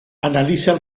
analiza